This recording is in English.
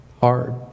hard